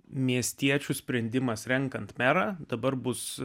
miestiečių sprendimas renkant merą dabar bus